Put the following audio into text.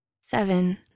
Seven